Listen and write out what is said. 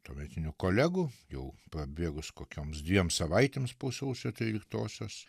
tuometinių kolegų jau prabėgus kokioms dviem savaitėms po sausio tryliktosios